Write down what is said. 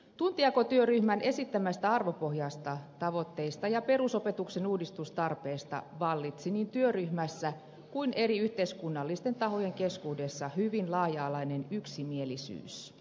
tuntijakotyöryhmän esittämästä arvopohjasta tavoitteista ja perusopetuksen uudistustarpeesta vallitsi niin työryhmässä kuin eri yhteiskunnallisten tahojen keskuudessa hyvin laaja alainen yksimielisyys